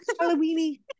halloweeny